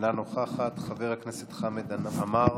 אינה נוכחת, חבר הכנסת חמד עמאר,